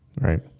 Right